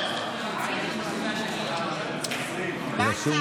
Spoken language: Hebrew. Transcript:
עוברים להצעה הבאה, ואז יש שרשרת.